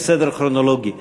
זה סדר כרונולוגי,